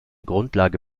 grundlage